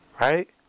Right